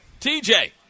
TJ